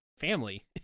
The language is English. Family